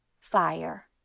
fire